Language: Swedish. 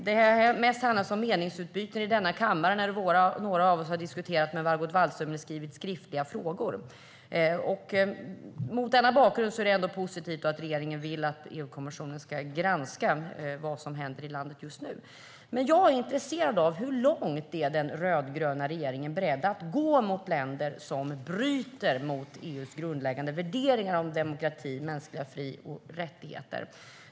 Det har mest handlat om meningsutbyten i denna kammare, där några av oss har diskuterat med Margot Wallström och lämnat in skriftliga frågor. Mot den bakgrunden är det ändå positivt att regeringen vill att EU-kommissionen ska granska vad som händer i landet just nu. Men jag är intresserad av hur långt den rödgröna regeringen är beredd att gå mot länder som bryter mot EU:s grundläggande värderingar om demokrati och mänskliga fri och rättigheter.